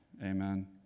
amen